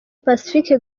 pacifique